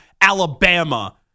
Alabama